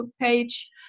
page